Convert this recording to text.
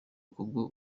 kubwo